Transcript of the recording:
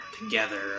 together